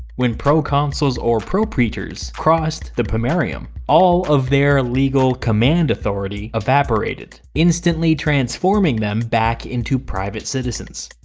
when proconsuls or propraetors crossed the pomerium, all of their legal command authority evaporated, instantly transforming them back into private citizens.